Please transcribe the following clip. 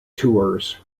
tours